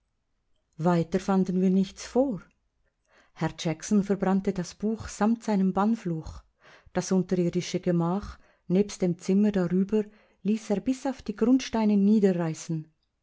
weiter fanden wir nichts vor herr jackson verbrannte das buch samt seinem bannfluch das unterirdische gemach nebst dem zimmer darüber ließ er bis auf die grundsteine niederreißen